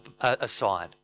aside